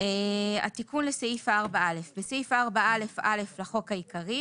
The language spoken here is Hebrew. תיקון לסעיף 4א 3. בסעיף 4א(א) לחוק העיקרי,